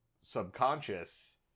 subconscious